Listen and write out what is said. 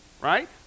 Right